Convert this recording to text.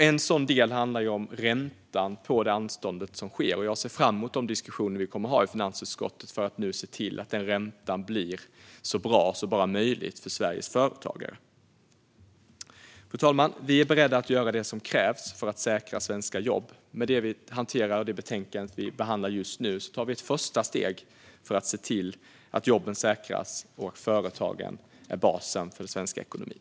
En sådan del handlar om räntan på anståndet, och jag ser fram emot de diskussioner vi kommer att ha i finansutskottet för att se till att räntan blir så bra som möjligt för Sveriges företagare. Fru talman! Vi är beredda att göra det som krävs för att säkra svenska jobb. Med det betänkande vi behandlar just nu tar vi ett första steg för att se till att jobben säkras och att företagen är basen för den svenska ekonomin.